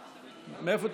מאיפה?